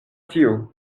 tiu